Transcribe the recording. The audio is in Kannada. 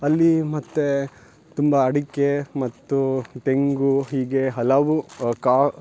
ಅಲ್ಲಿ ಮತ್ತು ತುಂಬ ಅಡಿಕೆ ಮತ್ತು ತೆಂಗು ಹೀಗೆ ಹಲವು ಕಾ